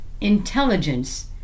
intelligence